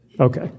Okay